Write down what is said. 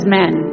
men